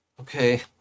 okay